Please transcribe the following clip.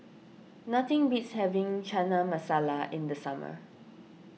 nothing beats having Chana Masala in the summer